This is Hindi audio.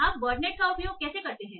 आप वर्डनेट का उपयोग कैसे करते हैं